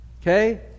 Okay